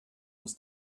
was